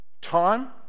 Time